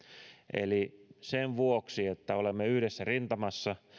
eli sen vuoksi että olemme yhdessä rintamassa